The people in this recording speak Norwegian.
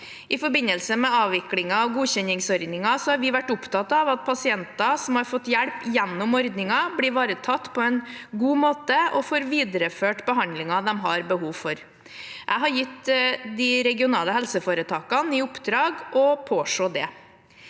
I forbindelse med avviklingen av godkjenningsordningen har vi vært opptatt av at pasientene som har fått hjelp gjennom ordningen, blir ivaretatt på en god måte og får videreført behandlingen de har behov for. Jeg har gitt de regionale helseforetakene i oppdrag å påse det.